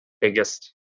biggest